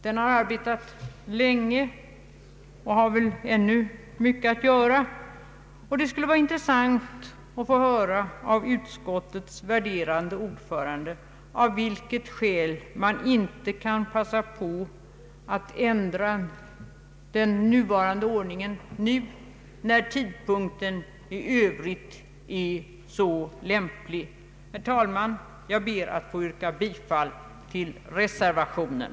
Den har arbetat länge och har väl ännu mycket att göra. Det skulle va ra intressant att få höra av utskottets värderade ordförande varför man inte kan passa på att ändra den nuvarande ordningen nu, när tidpunkten i övrigt är så lämplig. Herr talman! Jag ber att få yrka bifall till reservationen.